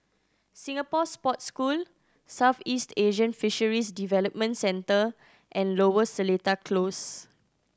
Singapore Sports School Southeast Asian Fisheries Development Center and Lower Seletar Close